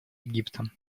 египта